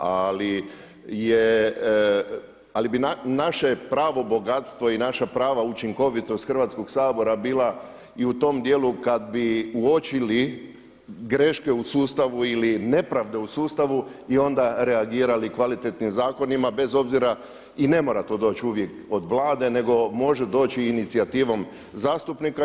Ali bi naše pravo bogatstvo i naša prava učinkovitost Hrvatskog sabora bila i u tom dijelu kada bi uočili greške u sustavu ili nepravde u sustavu i onda reagirali kvalitetnim zakonima i bez obzira i ne mora to doći uvijek od Vlade nego može doći inicijativom zastupnika.